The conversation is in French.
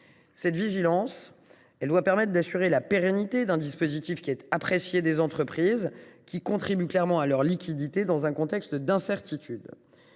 Cette vigilance doit permettre d’assurer la pérennité d’un dispositif apprécié des entreprises, qui contribue à leur liquidité dans un contexte d’incertitude.